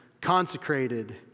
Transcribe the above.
consecrated